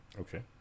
okay